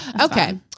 Okay